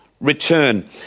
return